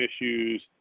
issues